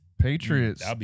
Patriots